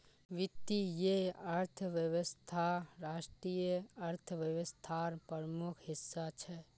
वीत्तिये अर्थवैवस्था राष्ट्रिय अर्थ्वैवास्थार प्रमुख हिस्सा छे